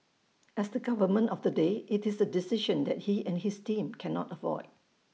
as the government of the day IT is A decision that he and his team cannot avoid